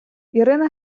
ірина